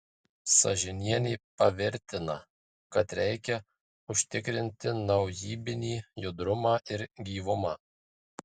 sažinienė pavirtina kad reikia užtikrinti naujybinį judrumą ir gyvumą